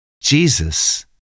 Jesus